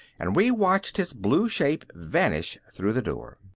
and we watched his blue shape vanish through the door.